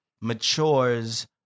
matures